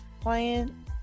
playing